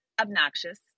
obnoxious